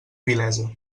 vilesa